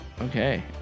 Okay